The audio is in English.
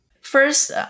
First